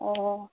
অঁ